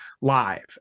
Live